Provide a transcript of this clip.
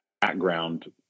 background